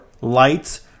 lights